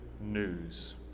news